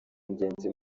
ingenzi